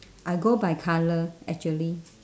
I go by colour actually